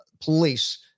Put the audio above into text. police